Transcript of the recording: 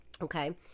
Okay